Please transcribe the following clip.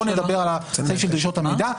בואו נדבר על סעיף דרישות המידע.